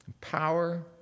power